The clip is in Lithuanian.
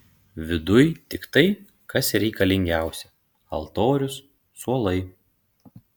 viduj tik tai kas reikalingiausia altorius suolai